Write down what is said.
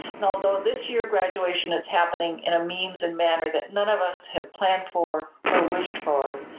and although this year graduation is happening in a means and manner that none of us have planned for or wished for,